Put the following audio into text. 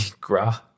gras